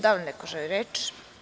Da li neko želi reč?